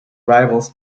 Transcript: rivals